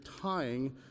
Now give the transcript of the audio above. tying